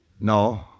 No